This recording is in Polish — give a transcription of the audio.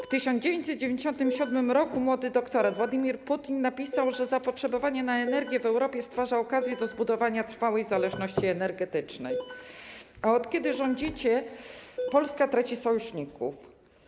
W 1997 r. młody doktorant Władimir Putin napisał, że zapotrzebowanie na energię w Europie stwarza okazję do zbudowania trwałej zależności energetycznej, a od kiedy rządzicie, Polska traci sojuszników.